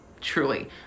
Truly